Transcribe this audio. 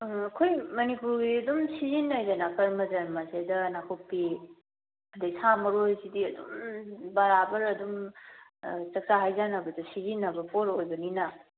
ꯑꯩꯈꯣꯏ ꯃꯅꯤꯄꯨꯔꯒꯤ ꯑꯗꯨꯝ ꯁꯤꯖꯤꯟꯅꯩꯗꯅ ꯃꯈꯜ ꯃꯊꯦꯜ ꯃꯁꯤꯗ ꯅꯥꯀꯨꯞꯄꯤ ꯑꯗꯩ ꯁꯥ ꯃꯔꯣꯏꯁꯤꯗꯤ ꯑꯗꯨꯝ ꯕꯔꯥꯕꯔ ꯑꯗꯨꯝ ꯆꯛꯆꯥ ꯍꯩꯖꯥꯟꯅꯕꯗ ꯁꯤꯖꯤꯟꯅꯕ ꯄꯣꯠ ꯑꯣꯏꯕꯅꯤꯅ